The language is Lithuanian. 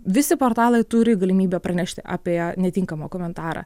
visi portalai turi galimybę pranešti apie netinkamą komentarą